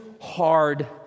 hard